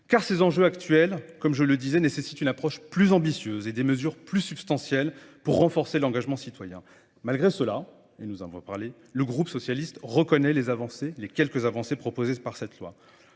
car ces enjeux actuels, comme je le disais, nécessitent une approche plus ambitieuse et des mesures plus substantielles pour renforcer l'engagement citoyen. Malgré cela, le groupe socialiste reconnaît les avancées proposées par cette loi.